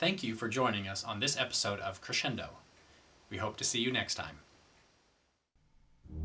thank you for joining us on this episode of crescendo we hope to see you next time